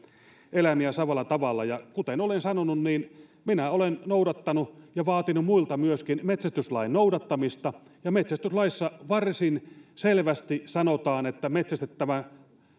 samalla tavalla kuten olen sanonut niin minä olen noudattanut ja vaatinut myöskin muilta metsästyslain noudattamista ja metsästyslaissa varsin selvästi sanotaan että